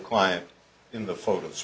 client in the photo